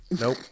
Nope